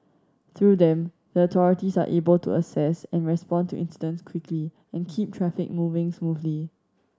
through them the authorities are able to assess and respond to incidents quickly and keep traffic moving smoothly